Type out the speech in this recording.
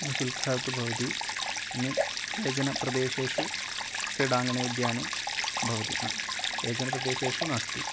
शुल्कः तु भवति अन्य केचन प्रदेशेषु क्रीडाङ्गणे उद्याने भवति न केचन प्रदेशेषु नास्ति